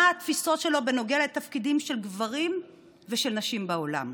מה התפיסות שלו בנוגע לתפקידים של גברים ושל נשים בעולם,